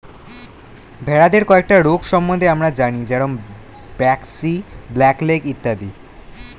ভেড়াদের কয়েকটা রোগ সম্বন্ধে আমরা জানি যেরম ব্র্যাক্সি, ব্ল্যাক লেগ ইত্যাদি